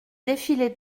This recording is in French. défilés